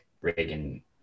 reagan